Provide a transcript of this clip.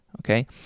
okay